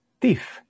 thief